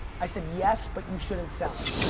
i said, yes, but you shouldn't sell it.